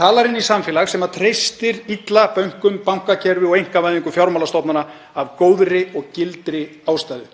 talar inn í samfélag sem treystir illa bönkum, bankakerfi og einkavæðingu fjármálastofnana af góðri og gildri ástæðu.